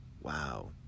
Wow